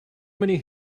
many